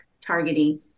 targeting